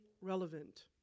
relevant